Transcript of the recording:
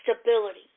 stability